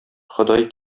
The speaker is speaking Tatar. ходай